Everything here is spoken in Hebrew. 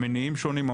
המניעים שונים,